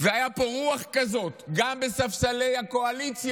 והייתה פה רוח כזאת, גם בספסלי הקואליציה: